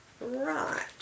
Right